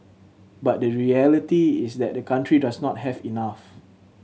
but the reality is that the country does not have enough